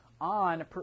on